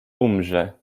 umrze